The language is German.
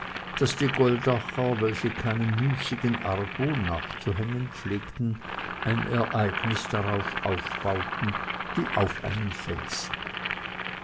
daß die goldacher welche keinem müßigen argwohn nachzuhängen pflegten ein ereignis darauf aufbauten wie auf einen felsen